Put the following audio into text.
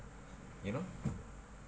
you know